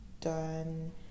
done